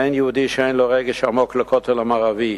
אין יהודי שאין לו רגש עמוק לכותל המערבי,